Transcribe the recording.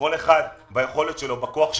כל אחד ביכולת ובכוח שלו,